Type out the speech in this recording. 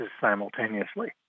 simultaneously